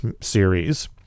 series